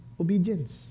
Obedience